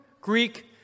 Greek